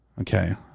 Okay